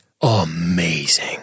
amazing